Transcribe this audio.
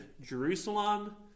Jerusalem